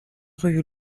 rue